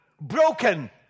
broken